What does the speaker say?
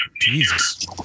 Jesus